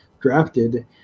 drafted